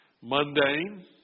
mundane